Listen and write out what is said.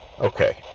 Okay